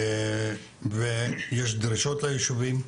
ויש דרישות ליישובים.